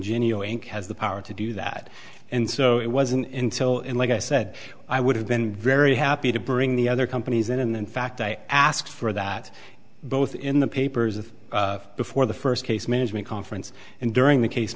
jenny has the power to do that and so it wasn't until and like i said i would have been very happy to bring the other companies in and in fact i asked for that both in the papers of before the first case management conference and during the case